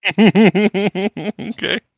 Okay